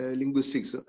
linguistics